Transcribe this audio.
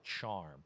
charm